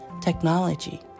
technology